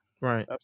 right